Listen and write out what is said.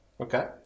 Okay